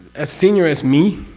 as senior as me,